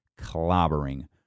clobbering